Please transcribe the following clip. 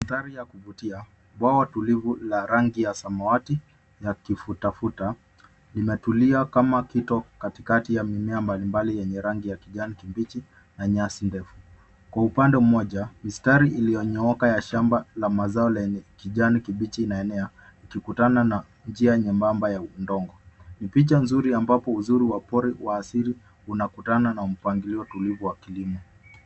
Mandhari ya kuvutia bwawa tulivu la rangi ya samawati ya kifutafuta limetulia kama kito katikati ya mimea mbali mbali yenye rangi ya kijani kibichi na nyasi ndefu kwa upande mmoja mistari iliyonyooka ya shamba la mazao lenye kijani kibichi inaenea ikikutana na njia nyembamba ya udongo ni picha nzuri ambapo uzuri wa pori wa asili unakutana na mpangilio tulivu wa kilimo.